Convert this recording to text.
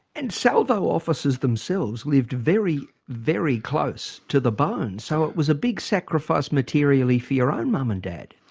and salvo officers themselves lived very, very close to the bone. so it was a big sacrifice materially for your own mum and dad?